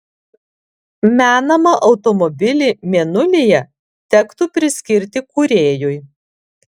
menamą automobilį mėnulyje tektų priskirti kūrėjui